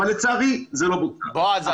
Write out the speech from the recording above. בועז,